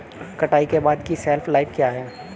कटाई के बाद की शेल्फ लाइफ क्या है?